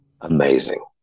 amazing